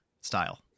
style